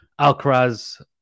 alcaraz